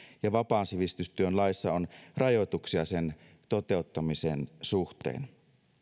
ja vapaan sivistystyön laissa on rajoituksia sen toteuttamisen suhteen